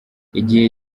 igihe